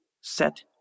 set